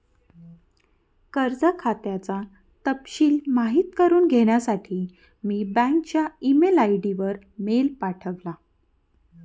कर्ज खात्याचा तपशिल माहित करुन घेण्यासाठी मी बँकच्या ई मेल आय.डी वर मेल पाठवला